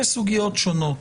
שונות.